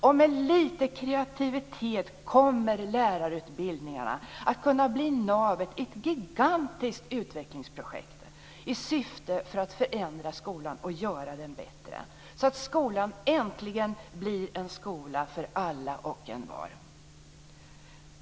Och med lite kreativitet kommer lärarutbildningarna att kunna bli navet i ett gigantiskt utvecklingsprojekt i syfte att förändra skolan och göra den bättre, så att skolan äntligen blir en skola för alla och envar.